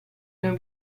non